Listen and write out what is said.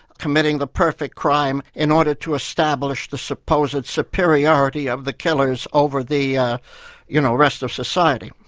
committing the perfect crime in order to establish the supposed superiority of the killers over the you know rest of society.